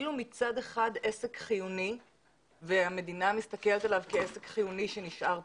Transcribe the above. כאילו מצד אחד עסק חיוני והמדינה מסתכלת עליו כעסק חיוני שנשאר פתוח.